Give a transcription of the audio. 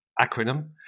acronym